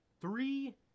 three